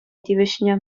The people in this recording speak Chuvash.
тивӗҫнӗ